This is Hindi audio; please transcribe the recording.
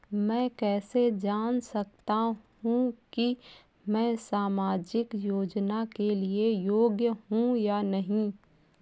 मैं कैसे जान सकता हूँ कि मैं सामाजिक योजना के लिए योग्य हूँ या नहीं?